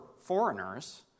foreigners